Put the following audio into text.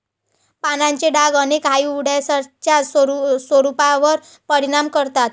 पानांचे डाग अनेक हार्डवुड्सच्या स्वरूपावर परिणाम करतात